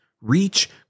reach